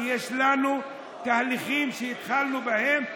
כי יש לנו תהליכים שהתחלנו בהם,